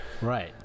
right